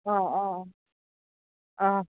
অঁ অঁ অঁ অঁ